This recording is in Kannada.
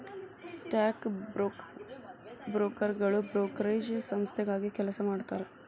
ಸ್ಟಾಕ್ ಬ್ರೋಕರ್ಗಳು ಬ್ರೋಕರೇಜ್ ಸಂಸ್ಥೆಗಾಗಿ ಕೆಲಸ ಮಾಡತಾರಾ